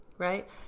Right